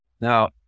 Now